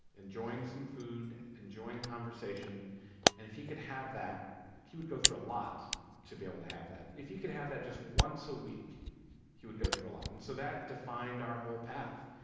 enjoying some food, enjoying conversation, and if he could have that he would go through a lot to be able to have that. if you could have that just once a week he would go through a lot. and so that defined our whole path.